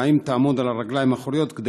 או האם תעמוד על הרגליים האחוריות כדי